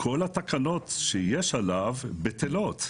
כל התקנות שיש עליו בטלות.